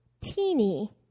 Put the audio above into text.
teeny